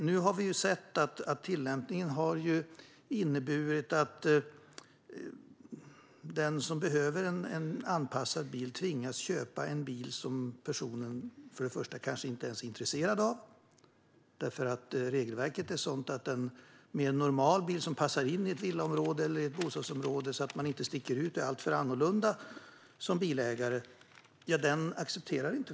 Nu har vi sett att tillämpningen har inneburit att en person som behöver en anpassad bil tvingas köpa en bil som man kanske inte ens är intresserad av därför att regelverket är sådant att Försäkringskassan inte accepterar en mer normal bil som passar in i ett villa eller bostadsområde och som gör att man inte sticker ut och är alltför annorlunda som bilägare.